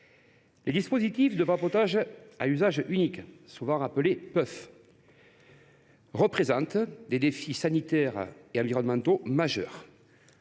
Les dispositifs de vapotage à usage unique, souvent appelés puffs, représentent des défis sanitaires et environnementaux majeurs.